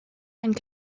and